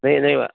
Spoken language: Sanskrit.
नै नैव